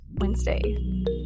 wednesday